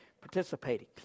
participating